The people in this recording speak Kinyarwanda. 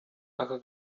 aka